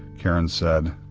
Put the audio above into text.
karen said,